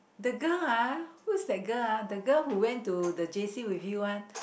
the girl ah who is that girl ah the girl who went to the J_C with you [one]